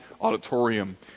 auditorium